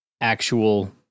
actual